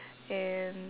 and